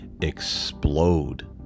explode